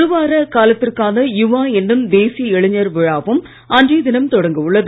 ஒருவார காலத்திற்கான யுவா என்னும் தேசிய இளைஞர் விழாவும் அன்றைய தினம் தொடங்க உள்ளது